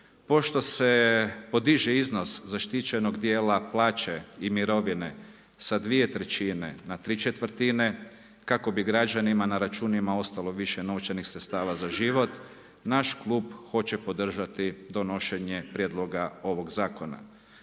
pošto se podiže iznos zaštićenog dijela plaće i mirovine sa dvije trećine na tri četvrtine kako bi građanima na računima ostalo više novčanih sredstava za život, naš klub hoće podržati donošenje prijedloga ovog zakona.